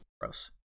gross